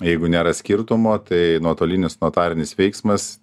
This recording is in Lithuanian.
jeigu nėra skirtumo tai nuotolinis notarinis veiksmas